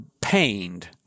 pained